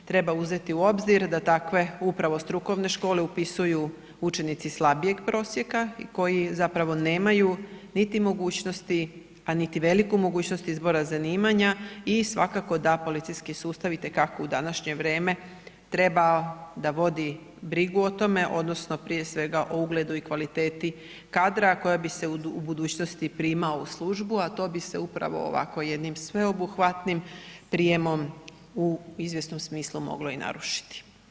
Treba uzeti u obzir da takve upravo strukovne škole upisuju učenici slabijeg prosjeka i koji zapravo nemaju niti mogućnosti, a niti veliku mogućnost izbora zanimanja i svakako da policijski sustav itekako u današnje vrijeme trebao da vodi brigu o tome odnosno prije svega o ugledu i kvaliteti kadra koja bi se u budućnosti primao u službu, a to bi se upravo ovako jednim sveobuhvatim prijemom u izvjesnom smislu moglo i narušiti.